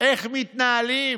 איך מתנהלים,